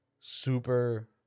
Super